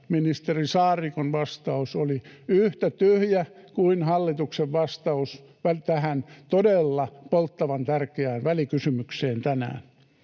ministeri Saarikon vastaus oli yhtä tyhjä kuin hallituksen vastaus tähän todella polttavan tärkeään välikysymykseen tänään.